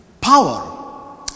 power